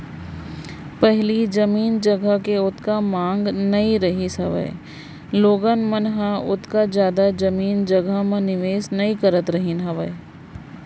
पहिली जमीन जघा के ओतका मांग नइ रहिस हावय लोगन मन ह ओतका जादा जमीन जघा म निवेस नइ करत रहिस हावय